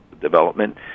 development